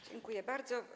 Dziękuję bardzo.